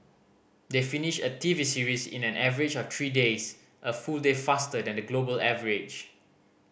they finish a T V series in an average of three days a full day faster than the global average